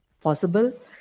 possible